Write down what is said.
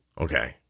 okay